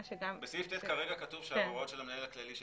בסעיף (ט) כרגע כתוב שההוראות של המנהל הכללי של